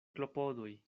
klopodoj